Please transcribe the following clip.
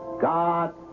God